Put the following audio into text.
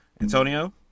Antonio